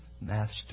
master